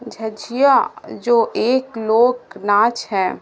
جھجھیا جو ایک لوک ناچ ہیں